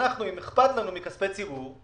אם אכפת לנו מכספי ציבור,